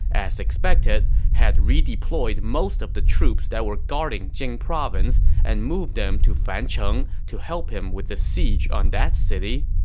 as expected, had redeployed most of the troops that were guarding jing province and moved them to fancheng to help with the siege on that city.